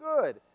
good